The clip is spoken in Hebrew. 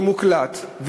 וזה מוקלט,